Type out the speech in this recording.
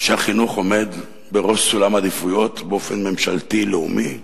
שהחינוך עומד בראש סולם עדיפויות באופן ממשלתי לאומי.